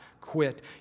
quit